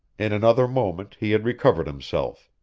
in another moment he had recovered himself.